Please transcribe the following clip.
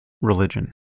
religion